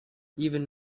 even